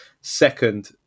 second